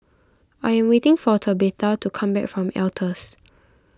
I am waiting for Tabetha to come back from Altez